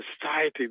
society